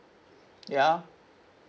ya